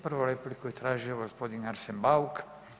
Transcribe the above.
Prvu repliku je tražio gospodin Arsen Bauk.